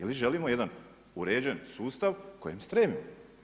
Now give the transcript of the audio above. Ili želimo jedan uređeni sustav kojem stremimo?